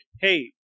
hey